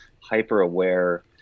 hyper-aware